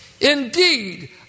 Indeed